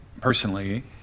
personally